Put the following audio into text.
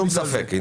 אין לנו ספק.